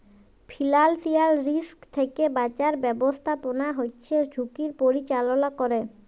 financial risk থ্যাকে বাঁচার ব্যাবস্থাপনা হচ্যে ঝুঁকির পরিচাললা ক্যরে